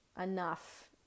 enough